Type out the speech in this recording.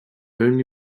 only